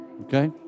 Okay